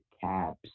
caps